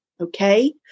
Okay